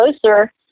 closer